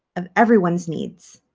of everyone's needs